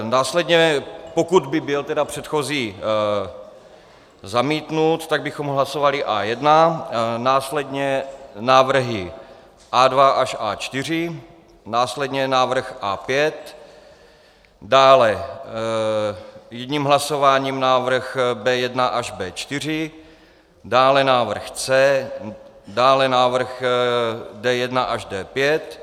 Následně, pokud by byl předchozí zamítnut, tak bychom hlasovali A1, následně návrhy A2 až A4, následně návrh A5, dále jedním hlasováním návrh B1 až B4, dále návrh C, dále návrh D1 až D5.